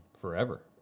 forever